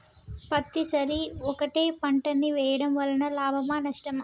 పత్తి సరి ఒకటే పంట ని వేయడం వలన లాభమా నష్టమా?